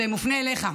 זה מופנה אליך.